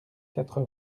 quatre